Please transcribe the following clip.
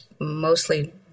mostly